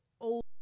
old